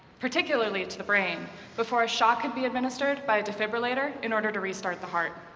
particularly to the brain before a shock can be administered by a defibrillator in order to restart the heart.